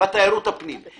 בתיירות הפנים.